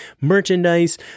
merchandise